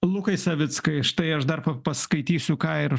lukai savickai štai aš dar pa paskaitysiu ką ir